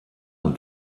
und